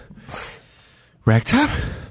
Ragtop